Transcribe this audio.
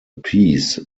peace